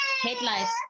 headlights